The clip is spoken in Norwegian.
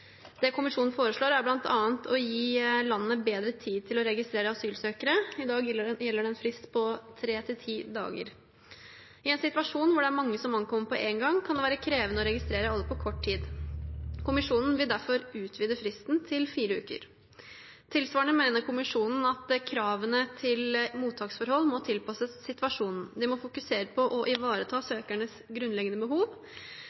Det Kommisjonen foreslår, er bl.a. å gi landene bedre tid til å registrere asylsøkere. I dag gjelder en frist på tre til ti dager. I en situasjon hvor det er mange som ankommer på én gang, kan det være krevende å registrere alle på kort tid. Kommisjonen vil derfor utvide fristen til fire uker. Tilsvarende mener Kommisjonen at kravene til mottaksforhold må tilpasses situasjonen. De må fokusere på å ivareta søkernes grunnleggende behov,